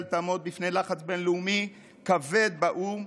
תעמוד בפני לחץ בין-לאומי כבד באו"ם,